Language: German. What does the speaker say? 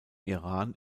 iran